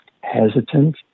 hesitant